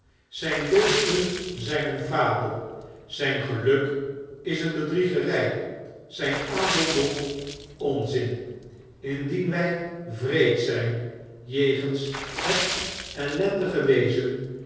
zyn deugden zjjn een fabel zijn geluk is een bedriegery zynadeldom onzin indien wij wreed zjjn jegens het ellendige wezen